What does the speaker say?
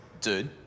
Dude